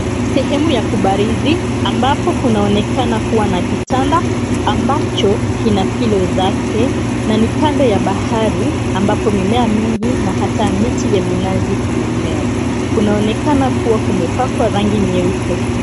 Sehemu ya kubarizi ambapo kunaonekana kuwa na kitanda ambacho kina pillow zake na ni kando ya bahari ambapo mimea mingi na hata miti ya minazi imemea. Kunaonekana kuwa kumepakwa rangi nyeupe.